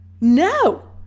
no